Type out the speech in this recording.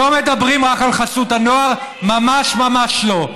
לא מדברים רק על חסות הנוער, ממש ממש לא.